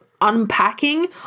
unpacking